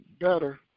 better